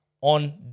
on